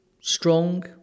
strong